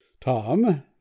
Tom